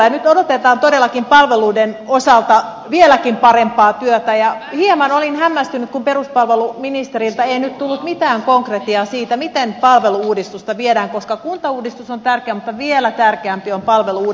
nyt odotetaan todellakin palveluiden osalta vieläkin parempaa työtä ja hieman olin hämmästynyt kun peruspalveluministeriltä ei nyt tullut mitään konkretiaa siitä miten palvelu uudistusta viedään eteenpäin koska kuntauudistus on tärkeä mutta vielä tärkeämpi on palvelu uudistus